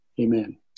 Amen